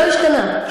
לא השתנה.